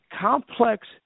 complex